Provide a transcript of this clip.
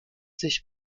sich